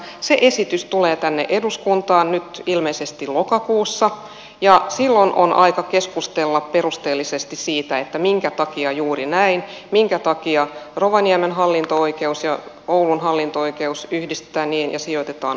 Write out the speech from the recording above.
se esitys tulee tänne eduskuntaan ilmeisesti nyt lokakuussa ja silloin on aika keskustella perusteellisesti siitä minkä takia juuri näin minkä takia rovaniemen hallinto oikeus ja oulun hallinto oikeus yhdistetään niin ja sijoitetaan ouluun